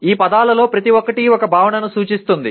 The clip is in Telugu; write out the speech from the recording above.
ఆ పదాలలో ప్రతి ఒక్కటి ఒక భావనను సూచిస్తుంది